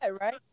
right